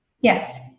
Yes